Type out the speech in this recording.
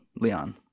Leon